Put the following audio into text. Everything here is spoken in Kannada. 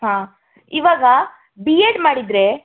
ಹಾಂ ಇವಾಗ ಬಿ ಎಡ್ ಮಾಡಿದರೆ